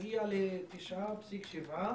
נגיע ל-9.7,